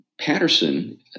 Patterson